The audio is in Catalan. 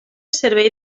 servei